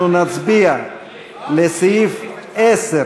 אנחנו נצביע על סעיף 10